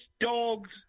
dogs